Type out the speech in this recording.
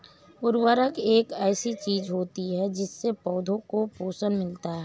उर्वरक एक ऐसी चीज होती है जिससे पौधों को पोषण मिलता है